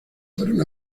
fueron